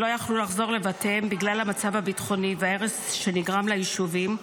שלא יכלו לחזור לבתיהם בגלל המצב הביטחוני וההרס שנגרם ליישובים,